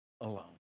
alone